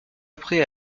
après